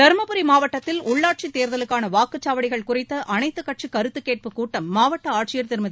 தருமபுரி மாவட்டத்தில் உள்ளாட்சித் தேர்தலுக்கான வாக்குச்சாவடிகள் குறித்த அனைத்துக் கட்சி கருத்துக் கேட்புக் கூட்டம் மாவட்ட ஆட்சியர் திருமதி